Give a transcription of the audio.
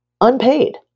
Unpaid